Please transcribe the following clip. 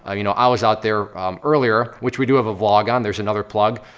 ah you know i was out there earlier, which we do have a vlog on. there's another plug,